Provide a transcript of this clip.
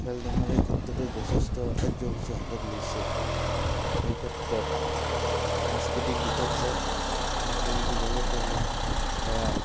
খেল ধেমালিৰ ক্ষেত্ৰতো যথেষ্ট কাৰ্যসূচী হাতত লৈছে এই ক্ষেত্ৰত সাংস্কৃতিক দিশত হওক বা খেল বিভাগতে হওক বা